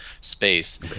space